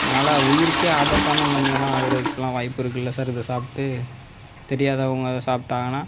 என்னால் உயிருக்கே ஆபத்தான நிலைமையெலாம் ஆகுறதுக்குலாம் வாய்ப்பு இருக்குது இல்லை சார் இது சாப்பிட்டு தெரியாதவங்க சாப்பிட்டாங்கன்னால்